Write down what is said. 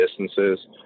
distances